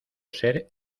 ser